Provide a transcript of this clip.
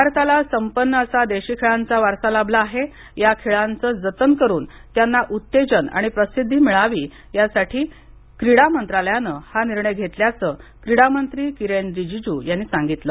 भारताला संपन्न असा देशी खेळांचा वारसा लाभला आहे या खेळांचं जतन करून त्यांना उत्तेजन आणि प्रसिद्वी मिळावी यासाठी क्रीडा मंत्रालायानं हा निर्णय घेतल्याचं क्रीडामंत्री किरेन रीजीजू यांनी सांगितलं